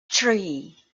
three